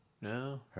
no